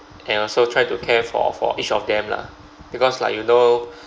and also try to care for for each of them lah because like you know